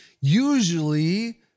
usually